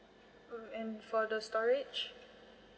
and for the storage